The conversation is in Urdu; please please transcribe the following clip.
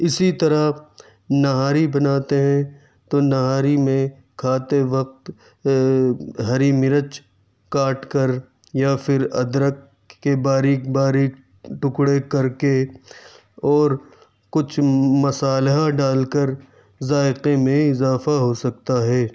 اسی طرح نہاری بناتے ہیں تو نہاری میں کھاتے وقت ہری مرچ کاٹ کر یا پھر ادرک کے باریک باریک ٹکڑے کر کے اور کچھ مصالحہ ڈال کر ذائقے میں اضافہ ہو سکتا ہے